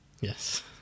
Yes